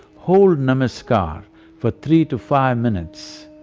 hold namaskar for three to five minutes.